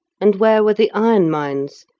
and where were the iron mines,